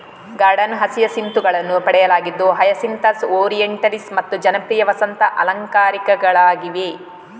garden ಹಸಿಯಸಿಂತುಗಳನ್ನು ಪಡೆಯಲಾಗಿದ್ದು hyacinthus, orientalis ಮತ್ತು ಜನಪ್ರಿಯ ವಸಂತ ಅಲಂಕಾರಿಕಗಳಾಗಿವೆ